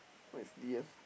what is D_F